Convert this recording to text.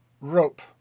rope